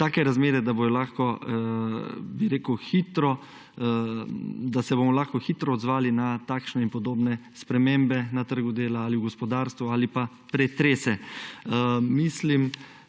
odzivne razmere, da se bomo lahko hitro odzvali na takšne in podobne spremembe na trgu dela, ali v gospodarstvu, ali pa pretrese. Mislim,